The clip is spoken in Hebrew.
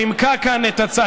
שנימקה כאן את ההצעה,